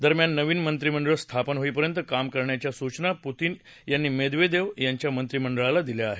दरम्यान नवीन मंत्रीमंडळ स्थापन होईपर्यंत काम करण्याच्या सूचना पुतीन यांनी मेदवेदेव यांच्या मंत्रीमंडळाला दिल्या आहेत